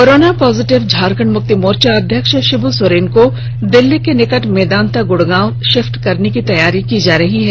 corona positive Jharkhand Mukti Morcha अध्यक्ष शिब् सोरेन को दिल्ली के निकट मेदांता गुड़गांव षिफट करने की तैयारी की जा रही है